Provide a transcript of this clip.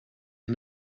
and